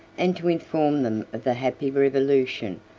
and to inform them of the happy revolution,